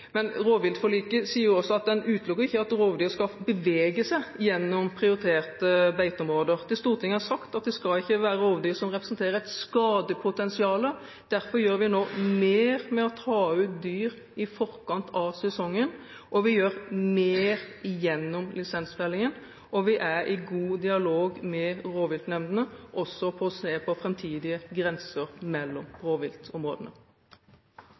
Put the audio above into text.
Men rovviltforliket sier også at en jo ikke utelukker at rovdyr skal få bevege seg gjennom prioriterte beiteområder. Det Stortinget har sagt, er at det ikke skal være rovdyr som representerer et skadepotensial. Derfor gjør vi nå mer ved å ta ut dyr i forkant av sesongen, vi gjør mer gjennom lisensfellinger, og vi er i god dialog med rovviltnemndene, også om å se på framtidige grenser mellom rovviltområdene.